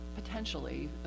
Potentially